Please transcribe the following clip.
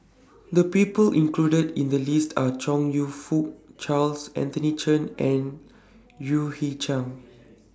The People included in The list Are Chong YOU Fook Charles Anthony Chen and U Hui Chang